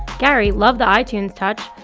gary, love the itunes touch.